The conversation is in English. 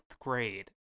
grade